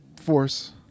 Force